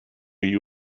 you